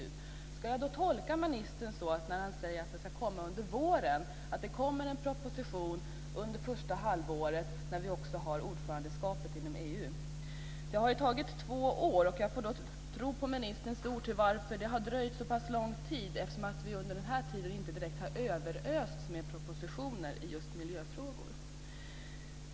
När ministern säger att detta förslag ska komma under våren, ska jag då tolka ministern så att det kommer att läggas fram en proposition under det första halvåret när vi också har ordförandeskapet inom EU? Det har ju tagit två år, och jag får då tro på ministerns ord varför det har dröjt så pass länge. Vi har under den här tiden inte direkt överösts med propositioner om miljöfrågor.